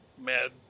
Mad